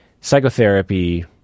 psychotherapy